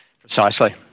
Precisely